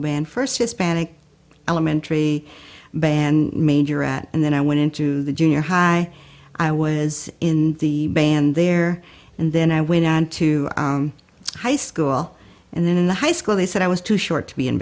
band first hispanic elementary band majorette and then i went into the junior high i was in the band there and then i went on to high school and then in the high school they said i was too short to be